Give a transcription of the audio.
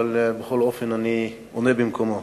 אבל בכל אופן אני עונה במקומו.